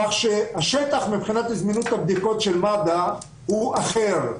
כך שהשטח מבחינת זמינות הבדיקות של מד"א הוא אחר.